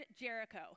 Jericho